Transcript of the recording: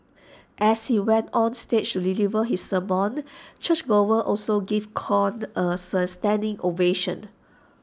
as he went on stage to deliver his sermon churchgoers also gave Kong A sir standing ovation